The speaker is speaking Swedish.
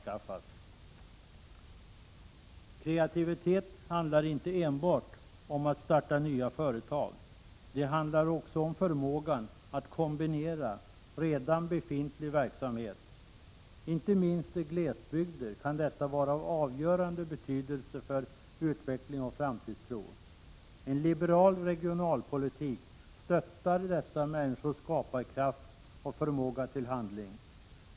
Kreativitet handlar inte enbart om att starta nya företag. Det handlar också om förmågan att kombinera redan befintlig verksamhet. Inte minst i glesbygder kan detta vara av avgörande betydelse för utveckling och framtidstro. En liberal regionalpolitik stöttar dessa människors skaparkraft och förmåga till handling.